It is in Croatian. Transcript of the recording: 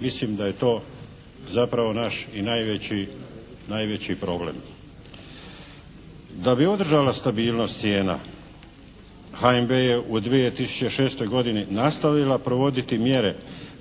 Mislim da je to zapravo naš i najveći problem. Da bi održala stabilnost cijena HNB je u 2006. godini nastavila provoditi mjere